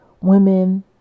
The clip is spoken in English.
women